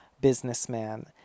businessman